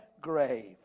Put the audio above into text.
grave